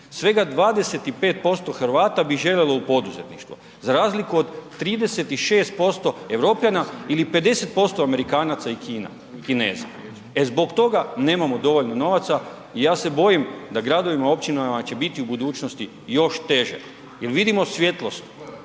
svega 25% Hrvata bi želilo u poduzetništvo za razliku od 36% Europljana ili 50% Amerikanaca i Kineza. E zbog toga nemamo dovoljno novaca i ja se bojim da gradovima i općinama će biti u budućnosti još teže. Jel vidimo svjetlost